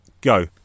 go